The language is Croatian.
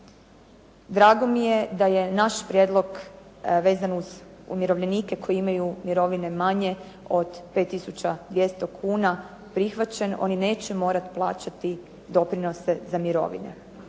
Drago mi je da je naš prijedlog vezan uz umirovljenike koji imaju mirovine manje od 5 tisuća 200 kuna, prihvaćen. Oni neće morati plaćati doprinose za mirovine.